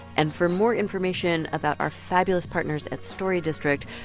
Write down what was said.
and for more information about our fabulous partners at story district,